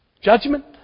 judgment